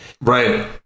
Right